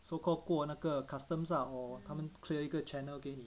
so called 过那个 customs ah or 他们 clear 一个 channel 给你